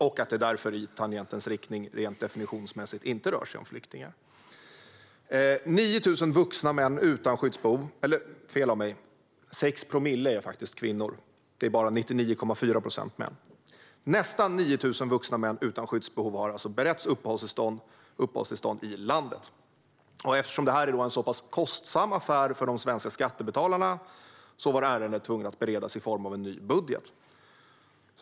Det rör sig därför i tangentens riktning rent definitionsmässigt inte om flyktingar. Det är 9 000 vuxna män utan skyddsbehov. Eller fel av mig: 6 promille är faktiskt kvinnor. Det är bara 99,4 procent män. Nästan 9 000 vuxna män utan skyddsbehov har alltså beretts uppehållstillstånd i landet. Eftersom det är en så pass kostsam affär för de svenska skattebetalarna var ärendet tvunget att beredas i form av en ny budget.